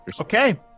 Okay